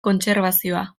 kontserbazioa